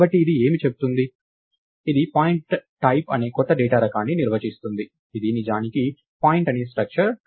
కాబట్టి ఇది ఏమి చేస్తుంది ఇది పాయింట్ టైప్ అనే కొత్త డేటా రకాన్ని నిర్వచిస్తుంది ఇది నిజానికి పాయింట్ అనే స్ట్రక్చర్